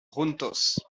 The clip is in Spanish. juntos